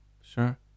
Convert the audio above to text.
Sure